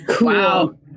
Wow